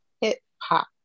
hip-hop